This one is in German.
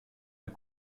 der